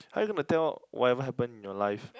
how are you gonna tell whatever happened in your life